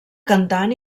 cantant